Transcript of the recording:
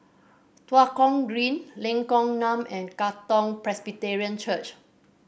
Tua Kong Green Lengkok Enam and Katong Presbyterian Church